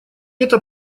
эта